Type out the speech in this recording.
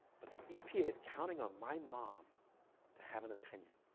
but the epa is counting on my mom to have an opinion,